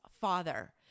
father